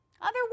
Otherwise